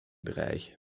bereich